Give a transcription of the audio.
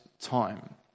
time